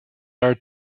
are